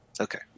Okay